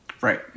Right